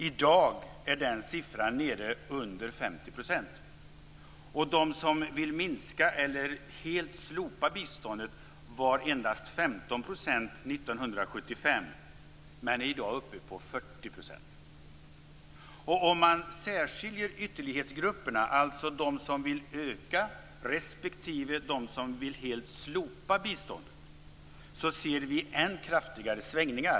I dag är den siffran nere under 50 %. De som vill minska eller helt slopa biståndet utgjorde endast 15 % 1975, men utgör i dag Om vi särskiljer ytterlighetsgrupperna, dvs. de som vill öka respektive helt slopa biståndet, ser vi än kraftigare svängningar.